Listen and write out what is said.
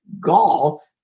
gall